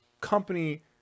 company